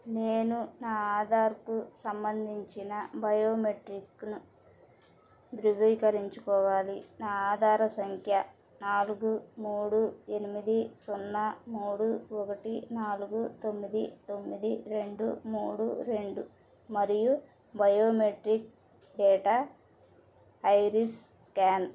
నేను నా ఆధార్కు సంబంధించిన బయోమెట్రిక్ను ధృవీకరించుకోవాలి నా ఆధార సంఖ్య నాలుగు మూడు ఎనిమిది సున్నా మూడు ఒకటి నాలుగు తొమ్మిది తొమ్మిది రెండు మూడు రెండు మరియు బయోమెట్రిక్ డేటా ఐరిస్ స్కాన్